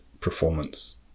performance